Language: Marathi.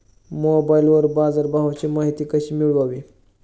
मोबाइलवर बाजारभावाची माहिती कशी मिळवावी?